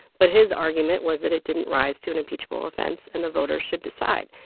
but his argument was that it didn't rise to an impeachable offense. and the voters should decide.